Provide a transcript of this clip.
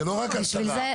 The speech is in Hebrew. נכון, בשביל זה החוק.